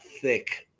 thick